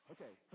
Okay